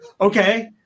okay